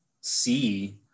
see